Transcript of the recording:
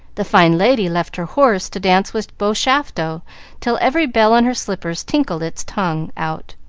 the fine lady left her horse to dance with bobby shafto till every bell on her slippers tinkled its tongue out.